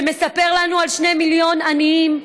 שמספר לנו על שני מיליון עניים,